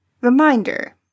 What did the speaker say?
reminder-